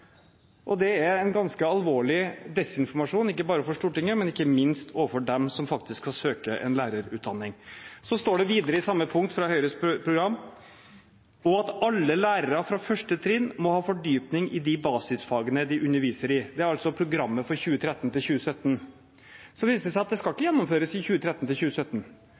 Det er en ganske alvorlig desinformasjon, ikke bare overfor Stortinget, men ikke minst overfor de som faktisk skal søke en lærerutdanning. Det står videre i samme punkt fra Høyres program at «alle lærere, fra 1. trinn, må ha fordypning i de basisfagene de underviser i». Dette er altså i programmet for 2013–2017. Så viser det seg at dette ikke skal gjennomføres i perioden 2013–2017. Det skal ikke